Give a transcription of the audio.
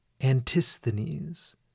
Antisthenes